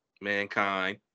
Mankind